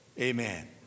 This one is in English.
Amen